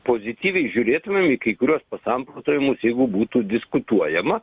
pozityviai žiūrėtumėm į kai kuriuos samprotavimus jeigu būtų diskutuojama